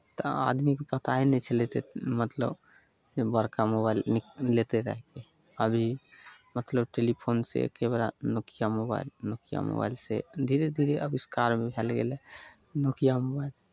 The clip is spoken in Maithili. तऽ आदमीकेँ पताए नहि छलय एतेक मतलब जे बड़का मोबाइल नि लेतै रहए अभी मतलब टेलीफोनसँ कैमरा नोकिया मोबाइल नोकिया मोबाइलसँ धीरे धीरे आविष्कार भएल गेलै नोकिया मोबाइल